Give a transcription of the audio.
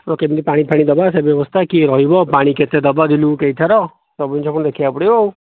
ଆଉ କେମିତି ପାଣି ଫାଣୀ ଦେବା ସେ ବ୍ୟବସ୍ଥା କିଏ ରହିବ ପାଣି କେତେ ଦେବ ଦିନକୁ କେଇ ଥର ସବୁ ଜିନିଷ ପୁଣି ଦେଖିବାକୁ ପଡ଼ିବ ଆଉ